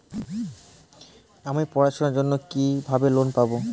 আমি পড়াশোনার জন্য কিভাবে লোন পাব?